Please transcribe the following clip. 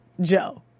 joe